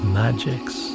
magics